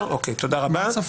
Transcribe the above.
כבוד האדם